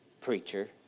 preacher